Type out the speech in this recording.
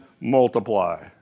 multiply